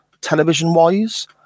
television-wise